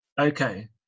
Okay